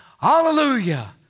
hallelujah